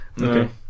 okay